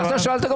אתה שאלת, גם